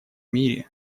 мире